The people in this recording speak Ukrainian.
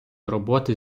роботи